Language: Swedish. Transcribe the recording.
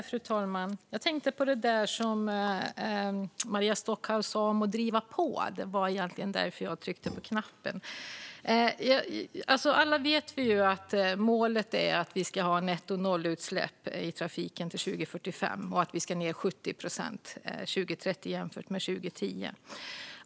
Fru talman! Jag tänkte på det Maria Stockhaus sa om att driva på. Alla vet att målet är att vi ska ha nettonollutsläpp i trafiken till 2045 och att vi ska minska utsläppen med 70 procent till 2030 jämfört med 2010.